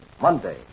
Monday